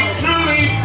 truly